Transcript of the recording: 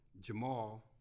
Jamal